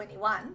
2021